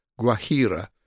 Guajira